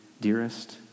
dearest